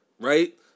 right